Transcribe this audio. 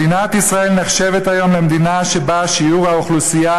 מדינת ישראל נחשבת היום למדינה שבה שיעור האוכלוסייה